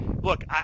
look